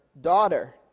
Daughter